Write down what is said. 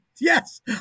yes